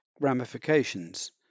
ramifications